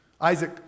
Isaac